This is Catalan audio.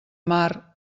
mar